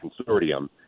consortium